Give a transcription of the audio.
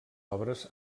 obres